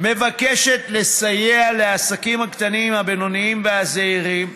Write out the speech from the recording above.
מבקשת לסייע לעסקים הקטנים, הבינוניים והזעירים,